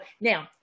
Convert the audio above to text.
now